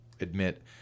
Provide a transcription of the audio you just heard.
admit